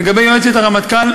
לגבי יועצת הרמטכ"ל,